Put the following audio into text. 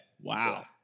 Wow